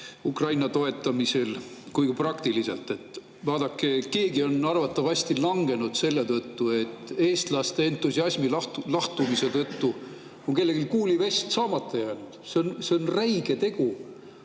mainele ja ka praktiliselt. Vaadake, keegi on arvatavasti langenud selle tõttu, et eestlaste entusiasmi lahtumise tõttu jäi tal kuulivest saamata. See on räige tegu.